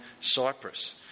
Cyprus